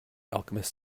alchemist